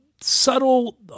subtle